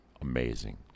amazing